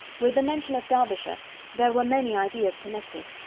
with the mention of derbyshire there were many ideas connected.